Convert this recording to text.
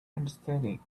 understanding